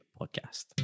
podcast